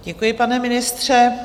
Děkuji, pane ministře.